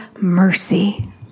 mercy